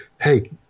hey